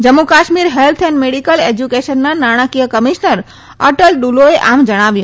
Jammu Kashmir health and medical એશ્યુકેશનના નાણાંકીય commissioner Atal ડુલોએ આમ જણાવ્યું